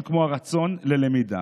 אין כמו הרצון ללמידה.